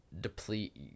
deplete